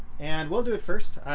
and we'll do it first!